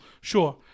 sure